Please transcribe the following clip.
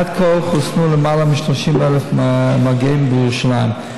עד כה חוסנו למעלה מ-30,000 מגעים בירושלים.